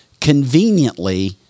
conveniently